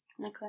Okay